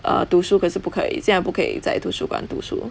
err 读书可是不可以现在不可以在图书馆读书